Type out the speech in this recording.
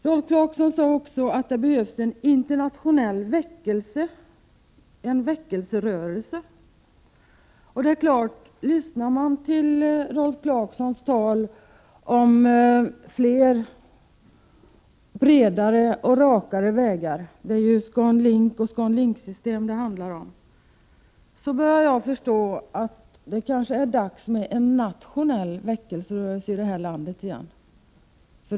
Rolf Clarkson sade också att det behövs en internationell väckelserörelse. När jag lyssnar till Rolf Clarksons tal om fler, bredare och rakare vägar — det handlar om ScanLink och ScanLink-system — börjar jag förstå att det kanske är dags för en nationell väckelserörelse i detta land igen.